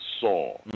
saw